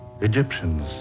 Egyptians